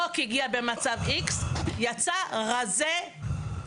חוק הגיע במצב X, יצא רזה שחיף.